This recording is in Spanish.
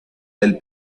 del